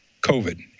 COVID